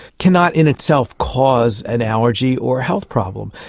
cannot in itself cause an allergy or health problem.